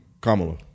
Kamala